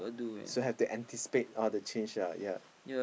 so have to anticipate all the change lah yea